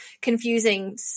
confusing